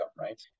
right